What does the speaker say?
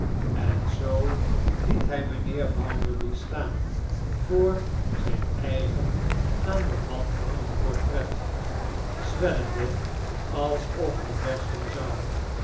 en zoo liet hij mijnheer bounderby staan voor zijn eigen aan den wand hangend portret zwellende alsof hij bersten zou